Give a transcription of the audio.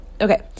okay